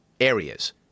areas